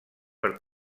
per